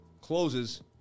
closes